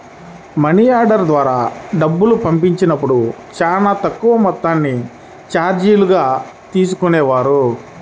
money order ద్వారా డబ్బులు పంపించినప్పుడు చానా తక్కువ మొత్తాన్ని చార్జీలుగా తీసుకునేవాళ్ళు